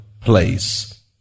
place